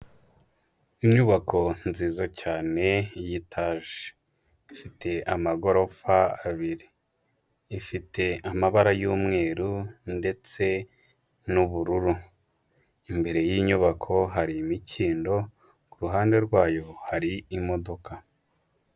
Inyubako nziza cyane yitaje, ifite amagorofa abiri, ifite amabara y'umweru ndetse n'ubururu, imbere y'inyubako hari imikindo ku ruhande rwayo hari imodoka.